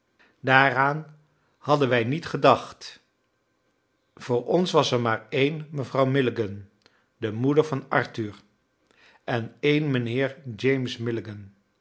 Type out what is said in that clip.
daaraan hadden wij niet gedacht voor ons was er maar één mevrouw milligan de moeder van arthur en een mijnheer james